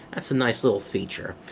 that's a nice little feature.